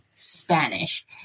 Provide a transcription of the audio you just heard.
spanish